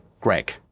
Greg